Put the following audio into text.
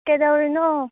ꯀꯩꯗꯧꯔꯤꯅꯣ